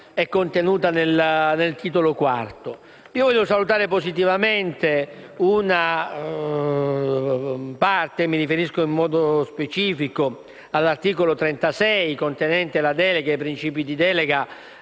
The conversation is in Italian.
in esame è contenuto nel Titolo IV. Voglio salutare positivamente una parte: mi riferisco in modo specifico all'articolo 36, contenente i principi di delega